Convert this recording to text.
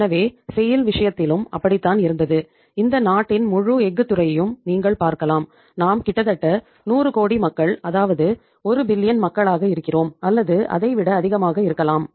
எனவே செய்ல் மக்களாக இருக்கிறோம் அல்லது அதை விட அதிகமாக இருக்கலாம்